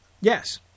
Yes